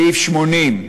סעיף 80,